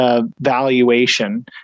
valuation